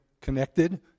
connected